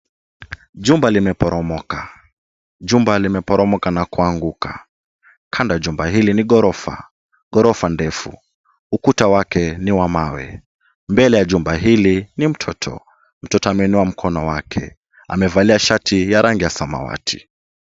Jumba limeporomoka. Jumba limeporomoka na kuanguka. Kando ya jumba hili ni ghorofa, ghorofa refu. Ukuta wake ni wa mawe. Mbele ya jumba hili ni mtoto. Mtoto ameinua mkono wake. Amevalia shati ya rangi ya samawati.